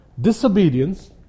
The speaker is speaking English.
disobedience